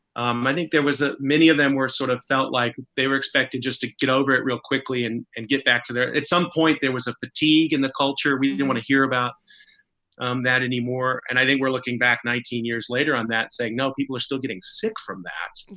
um i think there was a many of them were sort of felt like they were expected just to get over it real quickly and and get back to them at some point. there was a fatigue in the culture. we didn't want to hear about um that anymore. and i think we're looking back nineteen years later on that saying, no, people are still getting sick from that.